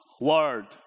word